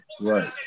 Right